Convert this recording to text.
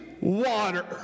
water